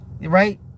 right